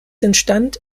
entstand